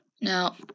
Now